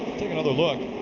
take another look.